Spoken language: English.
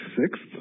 sixth